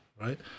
right